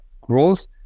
growth